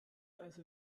also